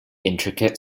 intricate